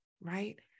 right